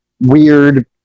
weird